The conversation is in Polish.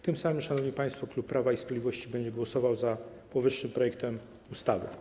Tym samym, szanowni państwo, klub Prawa i Sprawiedliwości będzie głosował za powyższym projektem ustawy.